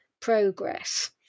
progress